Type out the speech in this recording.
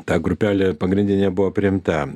ta grupelė pagrindinė buvo priimta